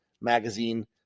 magazine